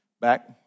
Back